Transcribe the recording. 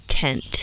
tent